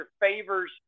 favors